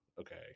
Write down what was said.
okay